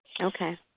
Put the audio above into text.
Okay